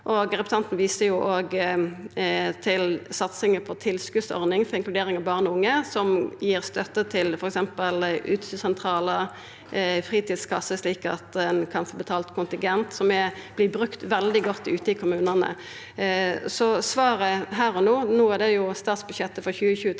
Representanten viste òg til satsinga på tilskotsordninga for inkludering av barn og unge, som gir støtte til f.eks. utstyrssentralar og fritidskassar, slik at ein kan få betalt kontingent – som vert brukt veldig godt ute i kommunane. Så svaret her og no – no er det statsbudsjettet for 2023